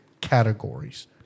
categories